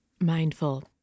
Mindful